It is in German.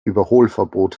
überholverbot